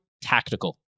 tactical